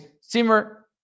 Simmer